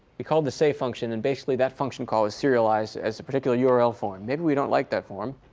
we called the say function. and basically, that function call is serialized as a particular yeah url form. maybe we don't like that form.